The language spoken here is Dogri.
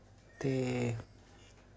ते